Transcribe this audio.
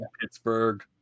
Pittsburgh